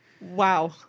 Wow